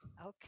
Okay